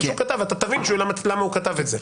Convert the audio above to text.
שהוא כתב ואתה תבין למה הוא כתב את זה.